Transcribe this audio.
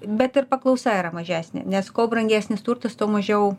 bet ir paklausa yra mažesnė nes kuo brangesnis turtas tuo mažiau